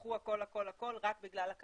יסגרו את החופים, זה טוב, ולא יסגרו את הבריכות,